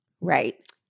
Right